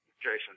Jason